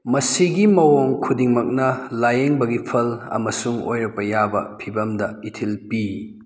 ꯃꯁꯤꯒꯤ ꯃꯑꯣꯡ ꯈꯨꯗꯤꯡꯃꯛꯅ ꯂꯥꯏꯌꯦꯡꯕꯒꯤ ꯐꯜ ꯑꯃꯁꯨꯡ ꯑꯣꯏꯔꯛꯄ ꯌꯥꯕ ꯐꯤꯕꯝꯗ ꯏꯊꯤꯜ ꯄꯤ